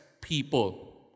people